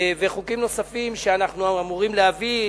וחוקים נוספים שאנחנו אמורים להביא,